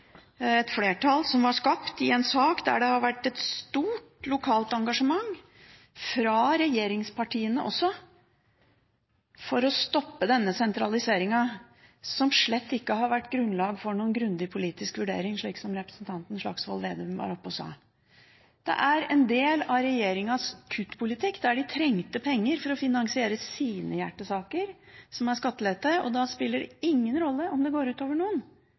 stort lokalt engasjement – fra regjeringspartiene også – for å stoppe denne sentraliseringen, som slett ikke har vært grunnlag for noen grundig politisk vurdering, slik representanten Slagsvold Vedum var oppe og sa. Det er en del av regjeringens kuttpolitikk, de trengte penger for å finansiere sine hjertesaker, som er skattelette. Da spiller det ingen rolle om det går ut over noen,